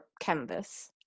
canvas